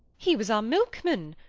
he was our milkman.